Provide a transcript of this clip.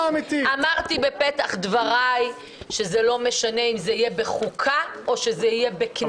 אמרתי בפתח דבריי שזה לא משנה אם זה יהיה בחוקה או שזה יהיה בכנסת.